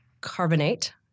carbonate